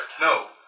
No